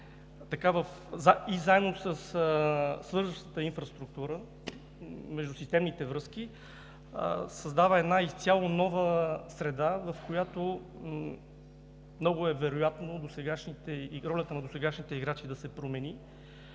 и заедно със свързващата инфраструктура, междусистемните връзки, създава изцяло нова среда, в която много е вероятно ролята на досегашните играчи да се промени,